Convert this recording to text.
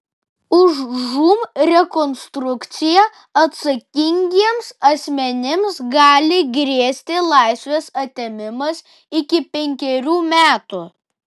už žūm rekonstrukciją atsakingiems asmenims gali grėsti laisvės atėmimas iki penkerių metų